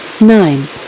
nine